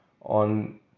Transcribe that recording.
on